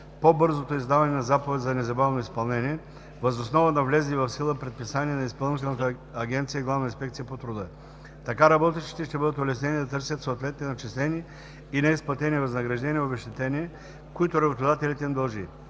по-бързото издаване на заповед за незабавно изпълнение въз основа на влезли в сила предписания на Изпълнителната агенция „Главна инспекция по труда“. Така работещите ще бъдат улеснени да търсят съответните начислени и неизплатени възнаграждения и обезщетения, които работодателят им дължи.